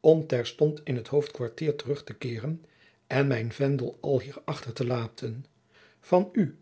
om terstond in t hoofdkwartier terug te keeren en mijn vendel alhier achter te laten van u